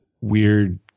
weird